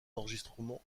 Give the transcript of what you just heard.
enregistrements